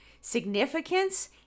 significance